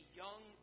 young